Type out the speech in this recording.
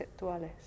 conceptuales